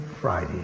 Friday